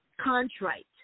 contrite